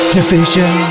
Division